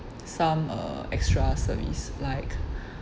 some uh extra service like